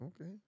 Okay